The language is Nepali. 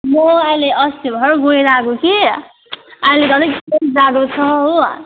म अहिले अस्ति भर्खर गएर आएको कि अहिले त अलिक जाडो छ हो